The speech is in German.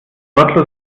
wortlos